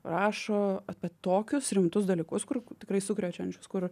rašo apie tokius rimtus dalykus kurių tikrai sukrečiančius kur